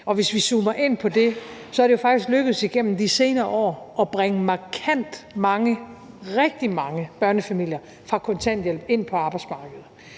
Og hvis vi zoomer ind på det, er det jo faktisk lykkedes igennem de senere år at bringe markant mange – rigtig mange – børnefamilier fra kontanthjælp og ind på arbejdsmarkedet.